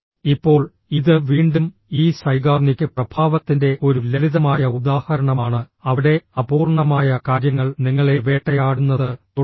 ഇപ്പോൾ ഇത് വീണ്ടും ഈ സൈഗാർനിക് പ്രഭാവത്തിന്റെ ഒരു ലളിതമായ ഉദാഹരണമാണ് അവിടെ അപൂർണ്ണമായ കാര്യങ്ങൾ നിങ്ങളെ വേട്ടയാടുന്നത് തുടരും